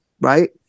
right